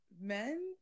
men